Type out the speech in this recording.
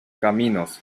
caminos